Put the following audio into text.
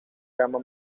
gama